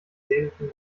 seelischem